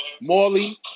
Morley